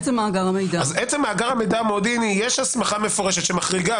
אז יש הסמכה מפורשת שמחריגה,